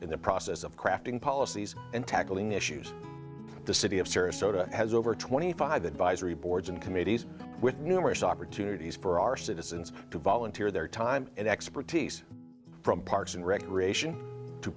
in the process of crafting policies and tackling issues the city of serious so to has over twenty five advisory boards and committees with numerous opportunities for our citizens to volunteer their time and expertise from parks and recreation to